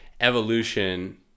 evolution